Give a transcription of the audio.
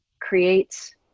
creates